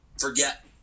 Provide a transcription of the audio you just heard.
forget